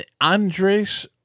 Andres